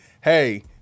hey